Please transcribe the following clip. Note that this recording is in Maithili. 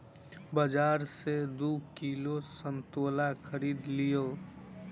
बाजार सॅ दू किलो संतोला खरीद लिअ